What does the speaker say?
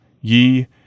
ye